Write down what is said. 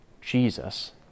Jesus